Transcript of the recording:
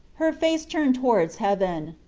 her face turned towards heaven.